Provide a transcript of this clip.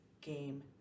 game